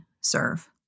serve